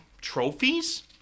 trophies